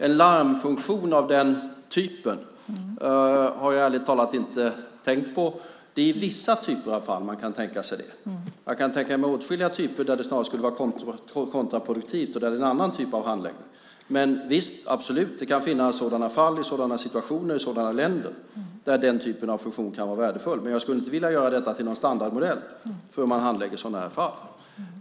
En larmfunktion av den typ som Annelie Enochson nämner har jag ärligt talat inte tänkt på. Det är i vissa typer av fall man kan tänka sig det. Jag kan tänka mig åtskilliga typer av fall där det snarast skulle vara kontraproduktivt och där det behövs en annan typ av handläggning. Men visst - det kan absolut finnas sådana fall i sådana situationer i sådana länder där den typen av funktion kan vara värdefull. Men jag skulle inte vilja göra detta till någon standardmodell för hur man handlägger sådana här fall.